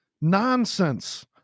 nonsense